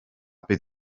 bydd